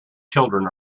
children